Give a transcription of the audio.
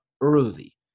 early